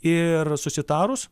ir susitarus